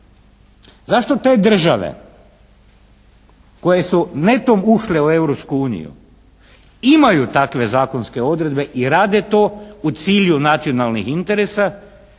Zašto te države koje su netom ušle u Europsku uniju imaju takve zakonske odredbe i rade to u cilju nacionalnih interesa,